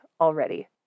already